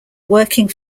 working